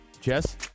jess